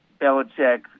Belichick